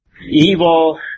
evil